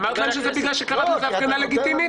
אמרת להם שזה בגלל שקראת לזה הפגנה לגיטימית?